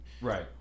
Right